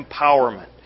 empowerment